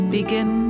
Begin